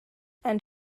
and